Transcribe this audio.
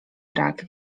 brak